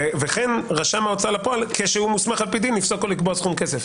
וכן רשם ההוצאה לפועל כשהוא מוסמך על פי דין לפסוק או לקבוע סכום כסף.